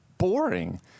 Boring